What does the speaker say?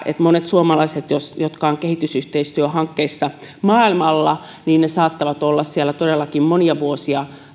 että monet suomalaiset jotka ovat kehitysyhteistyöhankkeissa maailmalla saattavat olla siellä todellakin monia vuosia